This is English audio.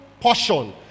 portion